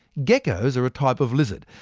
geckos are a type of lizard,